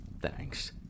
Thanks